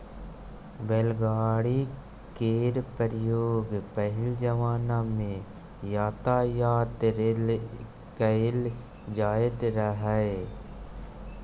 बैलगाड़ी केर प्रयोग पहिल जमाना मे यातायात लेल कएल जाएत रहय